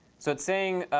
so saying